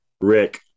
Rick